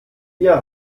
dir